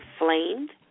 inflamed